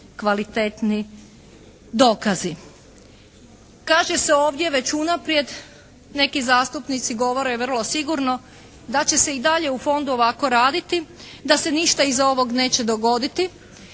kvalitetni dokazi. Kaže se ovdje već unaprijed neki zastupnici govore vrlo sigurno da će se i dalje u fondu ovako raditi, da se ništa iz ovog neće dogoditi